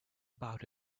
about